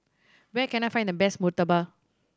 where can I find the best murtabak